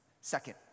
Second